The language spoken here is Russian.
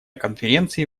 конференции